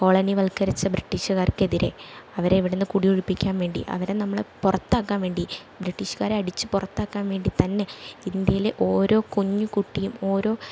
colony ബ്രിട്ടീഷുകാർക്കെതിരെ അവരെ ഇവിടെ നിന്ന് കുടി ഒഴിപ്പിക്കാൻ വേണ്ടി അവരെ നമ്മൾ പുറത്താക്കാൻ വേണ്ടി ബ്രിട്ടീഷുകാരെ അടിച്ച് പുറത്താക്കാൻ വേണ്ടി തന്നെ ഇന്ത്യയിലെ ഓരോ കുഞ്ഞ് കുട്ടിയും ഓരോ